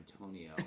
Antonio